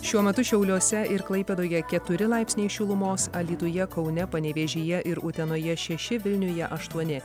šiuo metu šiauliuose ir klaipėdoje keturi laipsniai šilumos alytuje kaune panevėžyje ir utenoje šeši vilniuje aštuoni